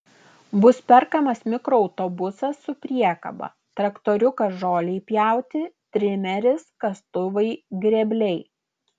bus perkamas mikroautobusas su priekaba traktoriukas žolei pjauti trimeris kastuvai grėbliai